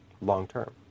long-term